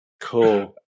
Cool